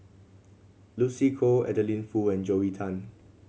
Lucy Koh Adeline Foo and Joel Tan